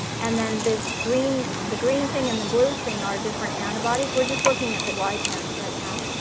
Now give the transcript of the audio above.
and then this green the green thing and the blue thing are different antibodies. we're just looking at the glycans right now.